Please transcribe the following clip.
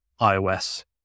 iOS